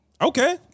Okay